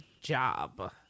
job